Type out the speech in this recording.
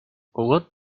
what